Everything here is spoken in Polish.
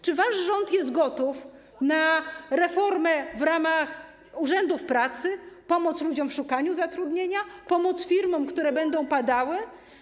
Czy wasz rząd jest gotów na reformę w ramach urzędów pracy, na pomoc ludziom w szukaniu zatrudnienia, pomoc firmom, które będą padały?